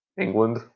England